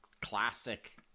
classic